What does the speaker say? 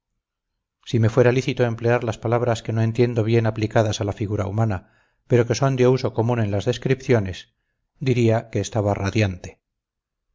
si me fuera lícito emplear las palabras que no entiendo bien aplicadas a la figura humana pero que son de uso común en las descripciones diría que estaba radiante